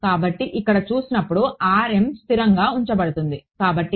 కాబట్టి ఇక్కడ చూసినప్పుడు స్థిరంగా ఉంచబడుతుంది కాబట్టి ఇది